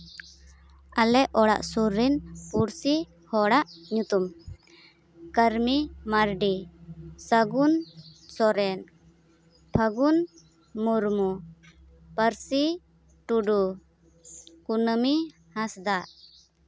ᱟᱞᱮ ᱚᱲᱟᱜ ᱥᱩᱨ ᱨᱮᱱ ᱯᱩᱬᱥᱤ ᱦᱚᱲᱟᱜ ᱧᱩᱛᱩᱢ ᱠᱟᱹᱨᱢᱤ ᱢᱟᱨᱰᱤ ᱥᱟᱹᱜᱩᱱ ᱥᱚᱨᱮᱱ ᱯᱷᱟᱹᱜᱩᱱ ᱢᱩᱨᱢᱩ ᱯᱟᱹᱨᱥᱤ ᱴᱩᱰᱩ ᱠᱩᱱᱟᱹᱢᱤ ᱦᱟᱸᱥᱫᱟ